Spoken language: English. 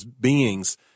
beings